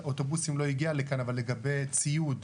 אוטובוסים לא הגיע לכאן אבל לגבי ציוד,